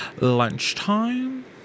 lunchtime